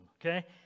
okay